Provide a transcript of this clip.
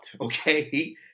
okay